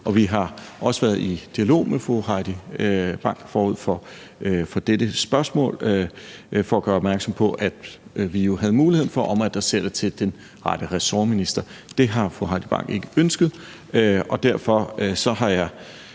og vi har også været i dialog med fru Heidi Bank forud for dette spørgsmål for at gøre opmærksom på, at vi jo havde mulighed for at omadressere det til den rette ressortminister. Det har fru Heidi Bank ikke ønsket, og derfor har jeg